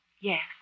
Yes